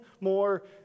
more